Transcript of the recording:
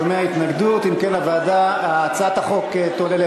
התשע"ד 2013,